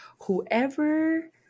Whoever